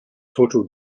total